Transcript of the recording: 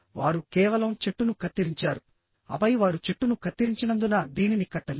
వారు కేవలం చెట్టును కత్తిరించారు ఆపై వారు చెట్టును కత్తిరించినందున దీనిని కట్టలేరు